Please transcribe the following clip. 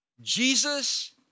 Jesus